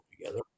together